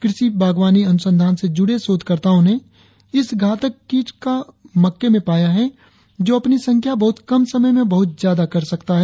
कृषि बागवानी अनुसंधान से जुड़े शोधकर्ताओं ने इस घातक कीट को मक्के में पाया है जो अपनी संख्या बहुत कम समय में बहुत ज्यादा कर सकता है